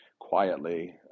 quietly